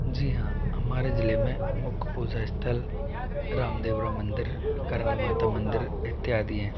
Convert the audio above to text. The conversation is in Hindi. जी हाँ हमारे जिले में मुख्य पूजा स्थल रामदेवरा मंदिर करणी माता मंदिर इत्यादि हैं